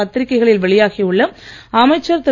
பத்திரிகைகளில் வெளியாகி உள்ள அமைச்சர் திரு